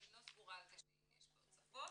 אני לא סגורה על זה שיש בעוד שפות,